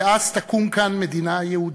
ואז תקום כאן מדינה יהודית,